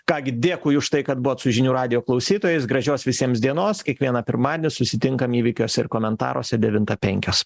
ką gi dėkui už tai kad buvot su žinių radijo klausytojais gražios visiems dienos kiekvieną pirmadienį susitinkam įvykiuose ir komentaruose devinta penkios